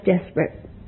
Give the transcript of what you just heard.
desperate